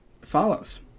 follows